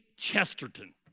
Chesterton